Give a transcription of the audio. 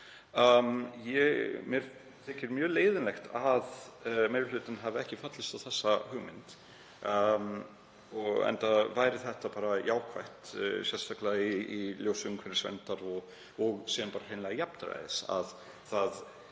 Mér þykir mjög leiðinlegt að meiri hlutinn hafi ekki fallist á þá hugmynd, enda væri þetta bara jákvætt, sérstaklega í ljósi umhverfisverndar og síðan hreinlega jafnræðis. Það